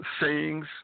sayings